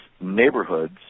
neighborhoods